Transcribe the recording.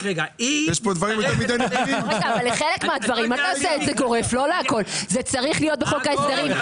זה צריך להיות בחוק ההסדרים.